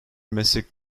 meslek